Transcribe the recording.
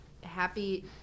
happy